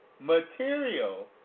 material